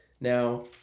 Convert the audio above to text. Now